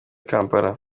kampala